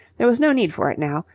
there was no need for it now,